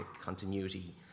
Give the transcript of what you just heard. continuity